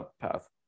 path